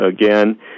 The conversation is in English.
again